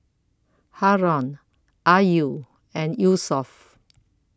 Haron Ayu and Yusuf